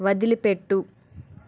వదిలిపెట్టు